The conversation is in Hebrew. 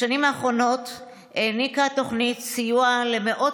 בשנים האחרונות העניקה התוכנית סיוע למאות